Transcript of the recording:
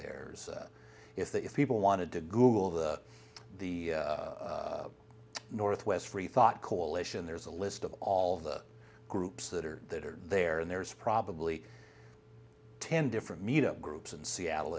there is that if people wanted to google the the northwest freethought coalition there's a list of all the groups that are that are there and there's probably ten different media groups in seattle